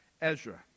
Ezra